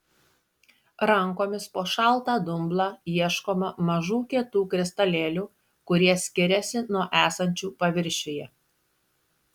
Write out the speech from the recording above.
rankomis po šaltą dumblą ieškoma mažų kietų kristalėlių kurie skiriasi nuo esančių paviršiuje